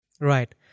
Right